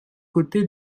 côté